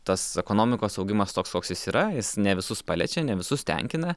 tas ekonomikos augimas toks koks jis yra jis ne visus paliečia ne visus tenkina